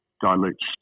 dilutes